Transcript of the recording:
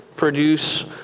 produce